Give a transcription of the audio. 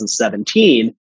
2017